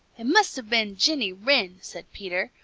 it must have been jenny wren! said peter,